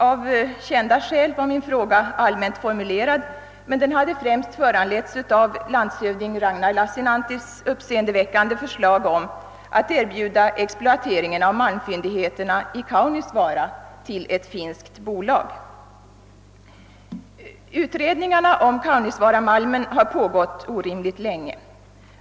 Av kända skäl var min fråga allmänt formulerad, men jag vill säga att den främst hade föranletts av landshövding Ragnar Lassinanttis uppseendeväckande förslag om att erbjuda exploateringen av malmfyndigheterna i Kaunisvaara till ett finskt bolag. Utredningarna om kaunisvaaramalmen har pågått orimligt länge.